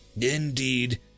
indeed